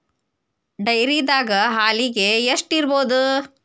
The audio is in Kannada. ಡೈರಿದಾಗ ಹಾಲಿಗೆ ಎಷ್ಟು ಇರ್ಬೋದ್?